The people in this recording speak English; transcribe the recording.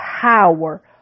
power